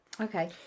okay